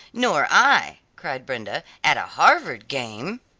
nor i! cried brenda, at a harvard game!